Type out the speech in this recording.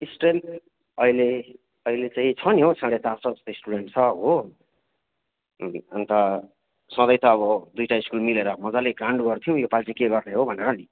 student अहिले चाहिँ छ नि हौ साढे चार सौ जस्तो स्टुडेन्ट छ हो अन्त सधैँ त अब दुईवटा स्कुलहरू मिलेर मजाले ग्रान्ड गर्थ्यौँ यो पाली चाहिँ के गर्ने हो भनेर नि